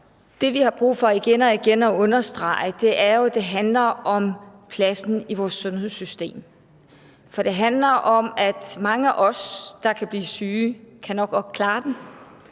det, vi har brug for igen og igen at understrege, jo er, at det handler om pladsen i vores sundhedssystem. For det handler om, at mange af os, der kan blive syge, nok godt kan klare den,